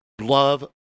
love